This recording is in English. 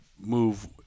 move